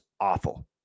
awful